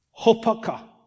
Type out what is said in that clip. hopaka